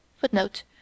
Footnote